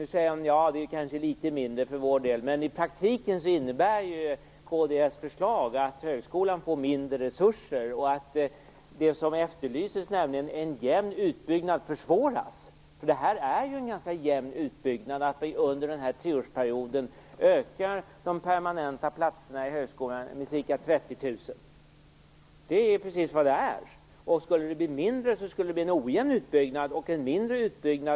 Nu säger hon att det kanske blir litet mindre, men i praktiken innebär kds förslag att högskolan får mindre resurser och att det som efterlyses, nämligen en jämn utbyggnad, försvåras. Det är här fråga om en ganska jämn utbyggnad. Under treårsperioden ökar de permanenta platserna i högskolan med ca 30 000 platser. En jämn utbyggnad är alltså precis vad det är. Skulle det bli färre platser skulle det bli en ojämn utbyggnad och en mindre utbyggnad.